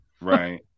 Right